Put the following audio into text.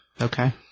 Okay